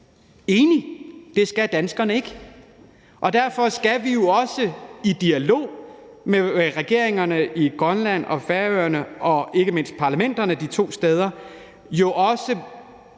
Enig – det skal danskerne ikke! Derfor skal vi også i dialog med regeringerne i Grønland og Færøerne og ikke mindst parlamenterne de to steder og